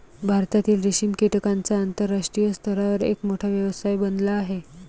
भारतातील रेशीम कीटकांचा आंतरराष्ट्रीय स्तरावर एक मोठा व्यवसाय बनला आहे